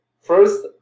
first